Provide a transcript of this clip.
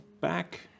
back